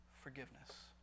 Forgiveness